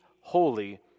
holy